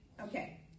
Okay